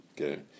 okay